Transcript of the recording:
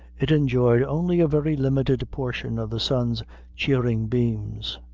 it enjoyed only a very limited portion of the sun's cheering beams.